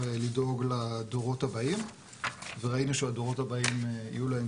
לדאוג לדורות הבאים וראינו שהדורות הבאים יהיו להם